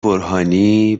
برهانی